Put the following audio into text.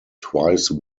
twice